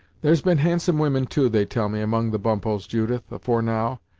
there's been handsome women too, they tell me, among the bumppos, judith, afore now,